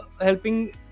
helping